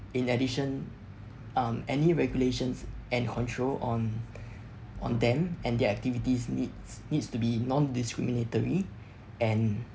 in addition um any regulations and control on on them and their activities needs needs to be non-discriminatory and